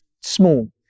small